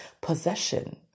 possession